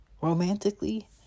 Romantically